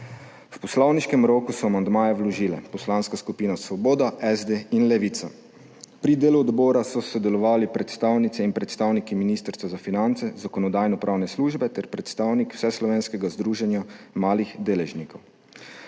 V poslovniškem roku so amandmaje vložile poslanske skupine Svoboda, SD in Levica. Pri delu odbora so sodelovali predstavnice in predstavniki Ministrstva za finance, Zakonodajno-pravne službe ter predstavnik Vseslovenskega združenja malih deležnikov.